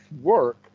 work